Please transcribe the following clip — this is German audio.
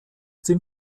den